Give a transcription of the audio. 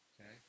Okay